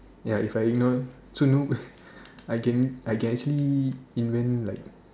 ya if I ignore so noob right I can I can actually invent like